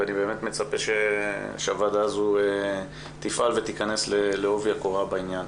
אני באמת מצפה שהוועדה הזו תפעל ותיכנס לעובי הקורה בנושא.